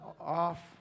off